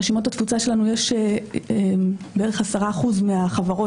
ברשימות התפוצה שלנו יש בערך 10% מהחברות